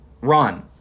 run